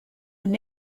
were